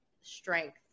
strength